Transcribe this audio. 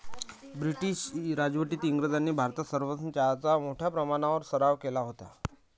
British राजवटीत इंग्रजांनी भारतात सर्वप्रथम चहाचा मोठ्या प्रमाणावर सराव केला होता